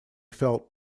felt